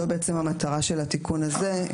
זו מטרת התיקון הזה.